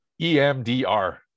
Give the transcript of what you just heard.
EMDR